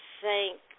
thank